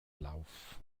lauf